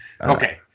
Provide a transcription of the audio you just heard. Okay